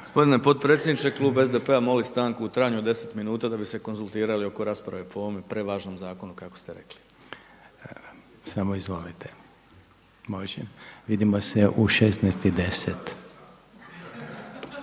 Gospodine potpredsjedniče klub SDP-a moli stanku u trajanju od 10 minuta da bi se konzultirali oko rasprave po ovome prevažnom zakonu kako ste rekli. **Reiner, Željko (HDZ)** Samo izvolite. Može. Vidimo se u 16,10. Ja